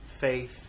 faith